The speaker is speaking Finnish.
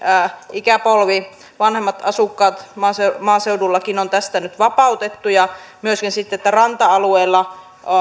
ikäpolvi vanhemmat asukkaat maaseudullakin on tästä nyt vapautettu ja myöskin sitten ranta alueilla